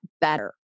better